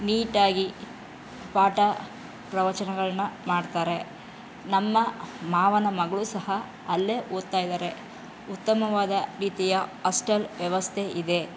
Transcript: ನೀಟಾಗಿ ಪಾಠ ಪ್ರವಚನಗಳನ್ನು ಮಾಡ್ತಾರೆ ನಮ್ಮ ಮಾವನ ಮಗಳು ಸಹ ಅಲ್ಲೇ ಓದ್ತಾ ಇದ್ದಾರೆ ಉತ್ತಮವಾದ ರೀತಿಯ ಹಾಸ್ಟೆಲ್ ವ್ಯವಸ್ಥೆ ಇದೆ